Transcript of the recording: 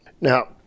Now